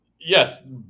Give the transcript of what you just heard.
yes